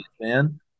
man